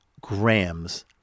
grams